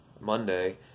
Monday